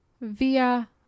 via